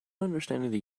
understanding